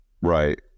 Right